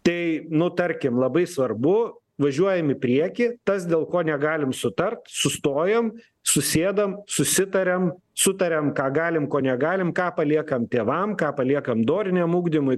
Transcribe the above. tai nutarkim labai svarbu važiuojam į priekį tas dėl ko negalim sutart sustojam susėdam susitariam sutariam ką galim ko negalim ką paliekam tėvam ką paliekam doriniam ugdymui